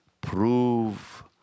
Prove